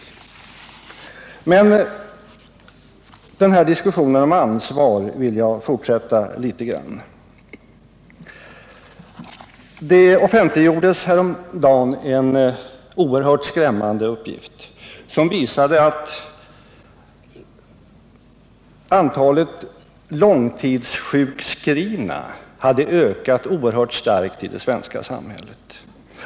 Jag vill fortsätta diskussionen om ansvar litet grand. Häromdagen offentliggjordes en oerhört skrämmande uppgift, som visade att antalet långtidssjukskrivna hade ökat mycket starkt i det svenska samhället.